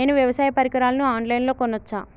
నేను వ్యవసాయ పరికరాలను ఆన్ లైన్ లో కొనచ్చా?